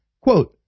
Quote